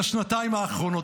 של השנתיים האחרונות.